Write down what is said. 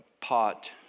pot